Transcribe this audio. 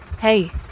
Hey